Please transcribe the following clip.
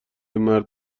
مرد